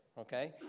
okay